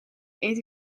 eet